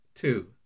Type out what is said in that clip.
Two